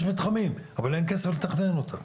יש מתחמים, אבל אין כסף לתכנן אותם.